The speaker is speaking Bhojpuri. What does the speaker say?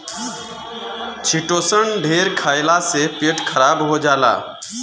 चिटोसन ढेर खईला से पेट खराब हो जाला